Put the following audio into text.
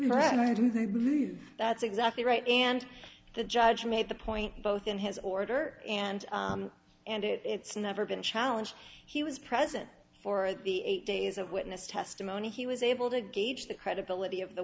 think that's exactly right and the judge made the point both in his order and and it's never been challenged he was present for the eight days of witness testimony he was able to gauge the credibility of the